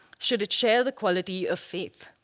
should it share the quality of faith.